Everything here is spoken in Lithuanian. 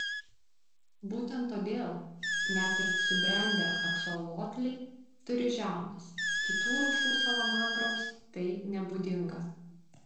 būtent todėl net ir subrendę aksolotliai turi žiaunas kitų rūšių salamandroms tai nebūdinga